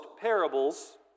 parables